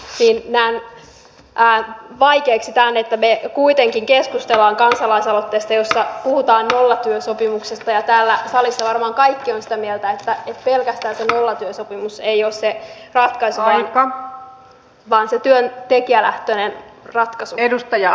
siinä mielessä näen vaikeaksi tämän että me kuitenkin keskustelemme kansalaisaloitteesta jossa puhutaan nollatyösopimuksesta ja täällä salissa varmaan kaikki ovat sitä mieltä että pelkästään se nollatyösopimus ei ole se ratkaiseva vaan se työntekijälähtöinen ratkaisu